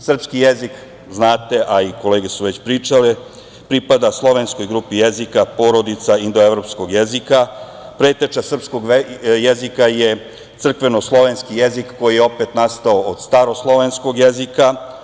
Srpski jezik, znate, a i kolege su već pričale, pripada slovenskoj grupi jezika, porodica indoevropskog jezika, preteča srpskog jezika je crkvenoslovenski jezik, koji je opet nastao od staroslovenskog jezika.